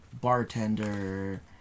bartender